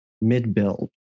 mid-build